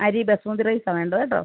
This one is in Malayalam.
അരി ബസുമതി റൈസാണ് വേണ്ടത് കേട്ടോ